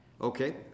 Okay